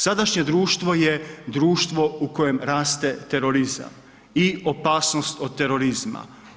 Sadašnje društvo je društvo u kojem raste terorizam i opasnost od terorizma.